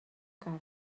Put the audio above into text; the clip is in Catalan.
cara